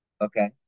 Okay